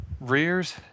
rears